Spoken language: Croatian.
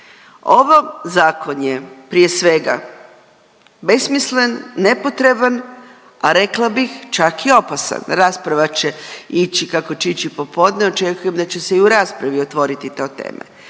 Ovo, zakon je, prije svega, besmislen, nepotreban, a rekla bih, čak i opasan, rasprava će ići kako će ići popodne, očekujem da će se i u raspravi otvoriti ta tema.